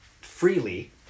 freely